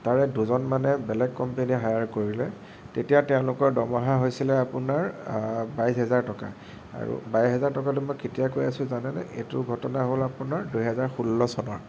তাৰে দুজনমানে বেলেগ কম্পেনীয়ে হায়াৰ কৰিলে তেতিয়া তেওঁলোকৰ দৰমহা হৈছিলে আপোনাৰ বাইছ হাজাৰ টকা আৰু বাইছ হাজাৰ টকাটো মই কেতিয়া কৈ আছোঁ জানেনে এইটো ঘটনা হ'ল আপোনাৰ দুহেজাৰ ষোল্ল চনৰ